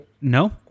no